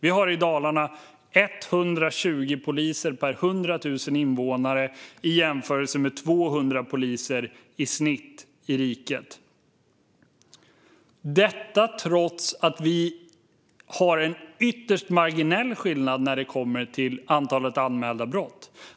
I Dalarna har vi 120 poliser per 100 000 invånare, vilket kan jämföras med 200 poliser per 100 000 invånare i riket i snitt, trots att skillnaden är ytterst marginell när det gäller antalet anmälda brott.